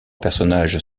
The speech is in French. personnages